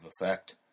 effect